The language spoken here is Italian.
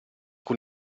con